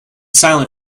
silent